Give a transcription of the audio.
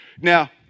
Now